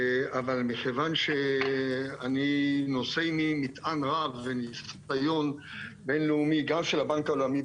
אבל מכיוון שאני נושא עמי מטען רב וניסיון בין-לאומי גם של הבנק העולמי,